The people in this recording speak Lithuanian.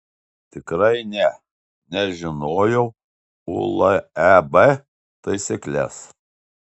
tikrai ne nes žinojau uleb taisykles